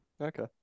Okay